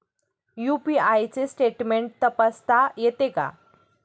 UPI चे statement तपासता येते का?